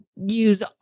use